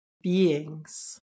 beings